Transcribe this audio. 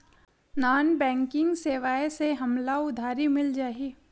Non banking सेवाएं से हमला उधारी मिल जाहि?